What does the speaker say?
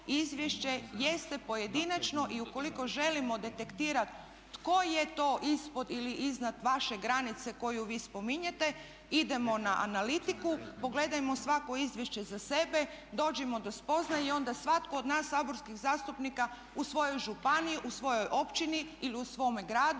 izvješće jeste pojedinačno i ukoliko želimo detektirati tko je to ispod ili iznad vaše granice koju vi spominjete idemo na analitiku, pogledajmo svako izvješće za sebe, dođimo do spoznaje i onda svatko od nas saborskih zastupnika u svojoj županiji, u svojoj općini ili u svome gradu